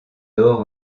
d’or